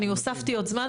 אני הוספתי עוד זמן.